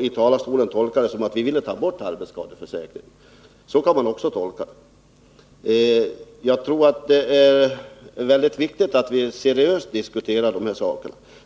till talarstolen och tolkade det hela som att vi ville ta bort arbetsskadeförsäkringen. En sådan tolkning kan man tydligen också göra. Men jag tror det är viktigt att vi diskuterar de här frågorna seriöst.